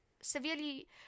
severely